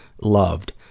loved